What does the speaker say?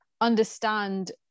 understand